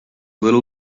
little